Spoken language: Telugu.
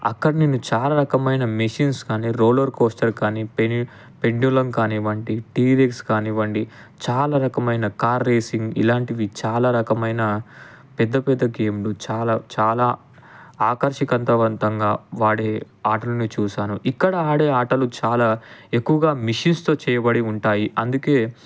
అక్కడ నేను చాలా రకమైన మిషన్స్ కాని రోలర్ కోస్టర్ కాని పె పెండ్యులం కానివ్వండి టీవీస్ కానివ్వండి చాలా రకమైన కార్ రేసింగ్ ఇలాంటివి చాలా రకమైన పెద్ద పెద్ద గేమ్లు చాలా చాలా ఆకర్షికంతవంతంగా వాడే ఆటలను చూశాను ఇక్కడ ఆడే ఆటలు చాలా ఎక్కువగా మిషన్స్తో చేయబడి ఉంటాయి అందుకే